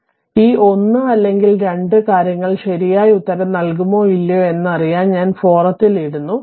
അതിനാൽ ഈ 1 അല്ലെങ്കിൽ 2 കാര്യങ്ങൾ ശരിയായി ഉത്തരം നൽകുമോ ഇല്ലയോ എന്നറിയാൻ ഞാൻ ഫോറത്തിൽ ഇടുന്നു